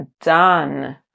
done